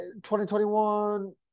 2021